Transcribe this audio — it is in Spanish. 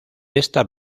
esta